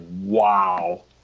wow